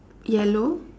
yellow